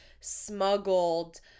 smuggled